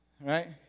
right